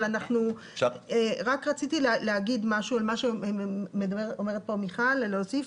אבל אני רוצה להוסיף על מה שאומרת פה מיכל.